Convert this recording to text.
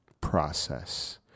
process